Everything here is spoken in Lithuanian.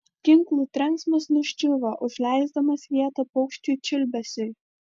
ginklų trenksmas nuščiuvo užleisdamas vietą paukščių čiulbesiui